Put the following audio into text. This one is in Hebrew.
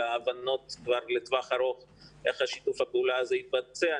להבנות לטווח הארוך איך שיתוף הפעולה הזה יתבצע.